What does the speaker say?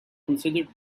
considered